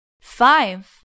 Five